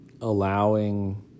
allowing